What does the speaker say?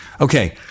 Okay